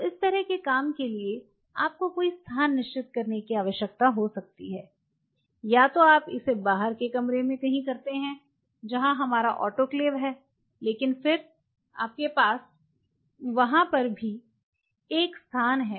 अब इस तरह के काम के लिए आपको कोई स्थान निश्चित करने की आवश्यकता हो सकती है या तो आप इसे बाहर के कमरे में कहीं करते हैं जहाँ हमारा आटोक्लेव है लेकिन फिर आपके पास वहाँ पर भी एक स्थान है